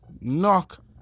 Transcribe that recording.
Knock